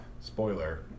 Spoiler